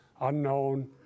unknown